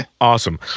awesome